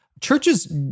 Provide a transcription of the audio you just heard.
churches—